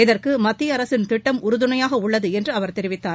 இதற்கு மத்திய அரசின் திட்டம் உறுதுணையாக உள்ளது என்று அவர் தெரிவித்தார்